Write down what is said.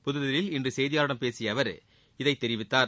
புதுதில்லியில் இன்று செய்தியாளர்களிடம் பேசிய அவர் இதை தெரிவித்தார்